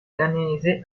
danese